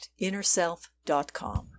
InnerSelf.com